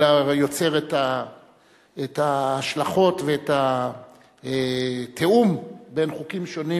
אלא יוצר את ההשלכות ואת התיאום בין חוקים שונים,